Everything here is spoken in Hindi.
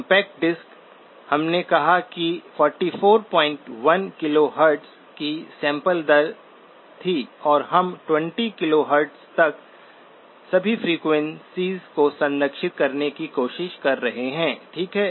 कॉम्पैक्ट डिस्क हमने कहा कि 441 KHz की सैंपल दर थी और हम 20 KHz तक सभी फ्रेक्वेंसीएस को संरक्षित करने की कोशिश कर रहे हैं ठीक है